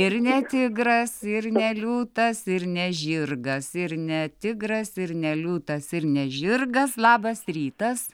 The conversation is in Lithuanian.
ir ne tigras ir ne liūtas ir ne žirgas ir ne tigras ir ne liūtas ir ne žirgas labas rytas